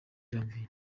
janvier